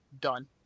done